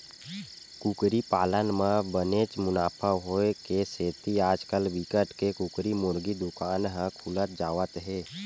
कुकरी पालन म बनेच मुनाफा होए के सेती आजकाल बिकट के कुकरी मुरगी दुकान ह खुलत जावत हे